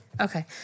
Okay